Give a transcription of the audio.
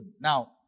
Now